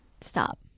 stop